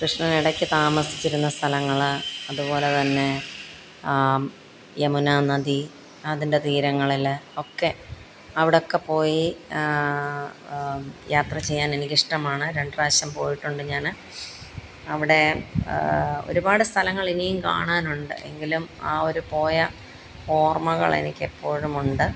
കൃഷ്ണനിടയ്ക്ക് താമസിച്ചിരുന്ന സ്ഥലങ്ങൾ അതുപോലെ തന്നെ ആ യമുനാ നദി അതിന്റെ തീരങ്ങളിൽ ഒക്കെ അവിടൊക്കെ പോയി യാത്ര ചെയ്യാന് എനിക്കിഷ്ടമാണ് രണ്ട് പ്രാവശ്യം പോയിട്ടുണ്ട് ഞാൻ അവിടെ ഒരുപാട് സ്ഥലങ്ങളിനിയും കാണാനുണ്ട് എങ്കിലും ആ ഒരു പോയ ഓര്മകളെനിക്കിപ്പോഴുമുണ്ട്